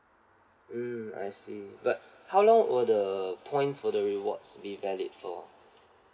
mm I see but how long will the points for the rewards be valid for